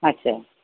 अच्छा